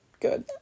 good